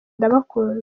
ndabakunda